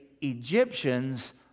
Egyptians